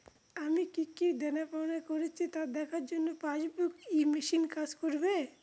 আমি কি কি দেনাপাওনা করেছি তা দেখার জন্য পাসবুক ই মেশিন কাজ করবে?